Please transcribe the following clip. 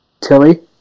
Tilly